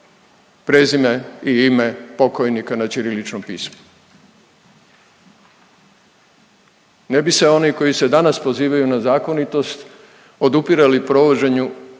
prezime i ime pokojnika na ćirilićnom pismu. Ne bi se oni koji se danas pozivaju na zakonitost odupirali provođenju